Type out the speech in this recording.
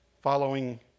following